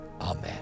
Amen